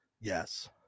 yes